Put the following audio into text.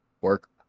work